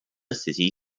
city